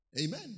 Amen